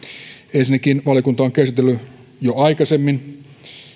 ensinnäkin valiokunta on käsitellyt jo aikaisemmin